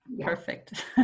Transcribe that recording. Perfect